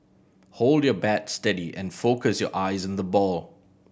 hold your bat steady and focus your eyes on the ball